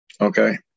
Okay